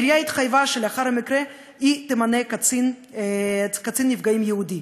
העירייה התחייבה שלאחר המקרה היא תמנה קצין נפגעים ייעודי,